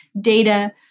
data